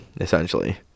essentially